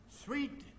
sweet